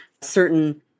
certain